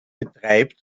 betreibt